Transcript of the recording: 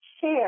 share